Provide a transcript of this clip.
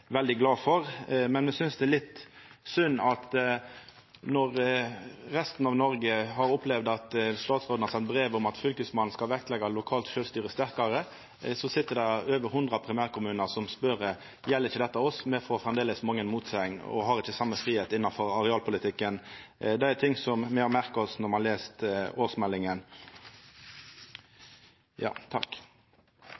veldig glad for. Men me synest det er litt synd at når resten av Noreg har opplevd at statsråden har sendt brev om at fylkesmannen skal vektleggja lokalt sjølvstyre sterkare, sit det over hundre primærkommunar som spør: Gjeld ikkje dette oss – me får framleis mange motsegn og har ikkje same fridom innanfor arealpolitikken. Det er ting som me har merka oss når me har lese årsmeldinga.